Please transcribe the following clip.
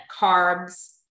carbs